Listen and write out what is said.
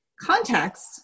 context